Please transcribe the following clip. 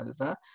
over